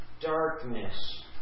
darkness